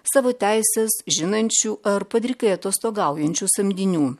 savo teises žinančių ar padrikai atostogaujančių samdinių